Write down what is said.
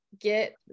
get